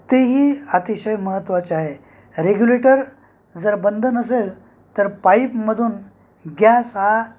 तेही अतिशय महत्त्वाचे आहे रेग्युलेटर जर बंद नसेल तर पाईपमधून गॅस हा